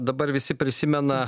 dabar visi prisimena